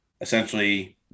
essentially